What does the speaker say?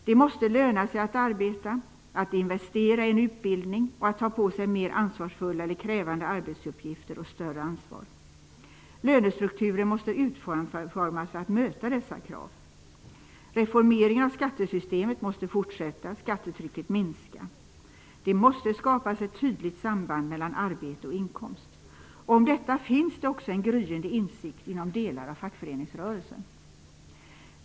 Det måste löna sig att arbeta, att investera i en utbildning och att ta på sig mer ansvarsfulla eller krävande arbetsuppgifter och större ansvar. Lönestrukturen måste utformas för att möta dessa krav. Reformeringen av skattesystemet måste fortsätta och skattetrycket minska. Det måste skapas ett tydligt samband mellan arbete och inkomst. Om detta finns det också en gryende insikt inom delar av fackföreningsrörelsen.